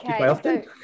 okay